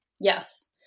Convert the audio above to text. Yes